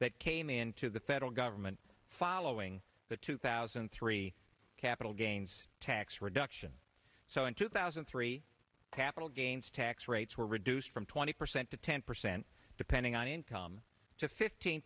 that came into the federal government following the two thousand and three capital gains tax reduction so in two thousand and three capital gains tax rates were reduced from twenty percent to ten percent depending on income to fifteen